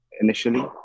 initially